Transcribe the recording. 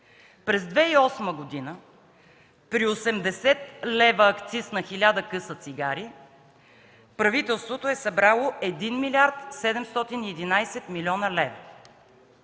През 2008 г. при 80 лв. акциз на 1000 къса цигари правителството е събрало 1 млрд. 711 млн. лв.